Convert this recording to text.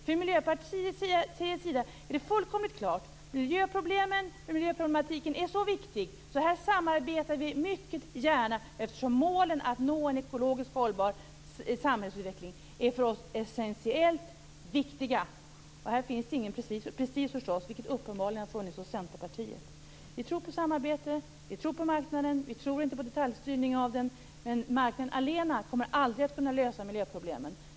Från Miljöpartiets sida är det fullkomligt klart att miljöproblematiken är så viktig att vi mycket gärna samarbetar, eftersom målen att nå en ekologiskt hållbar samhällsutveckling för oss är essentiellt viktiga. Och här finns det ingen prestige hos oss, vilket det uppenbarligen har funnits hos Centerpartiet. Vi tror på samarbete, vi tror på marknaden, vi tror inte på detaljstyrning av den, men marknaden allena kommer aldrig att kunna lösa miljöproblemen.